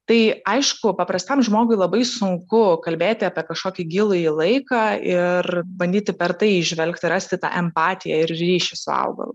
tai aišku paprastam žmogui labai sunku kalbėti apie kažkokį gilųjį laiką ir bandyti per tai įžvelgti rasti tą empatiją ir ryšį su augalu